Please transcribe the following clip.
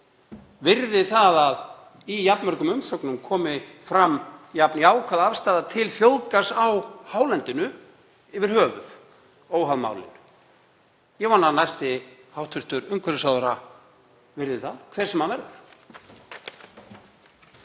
virði það að í jafn mörgum umsögnum komi fram jafn jákvæð afstaða til þjóðgarðs á hálendinu yfir höfuð, óháð málinu. Ég vona að næsti hv. umhverfisráðherra virði það, hver sem hann verður.